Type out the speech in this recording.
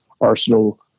Arsenal